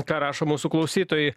ką rašo mūsų klausytojai